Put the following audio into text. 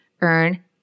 Earn